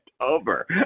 over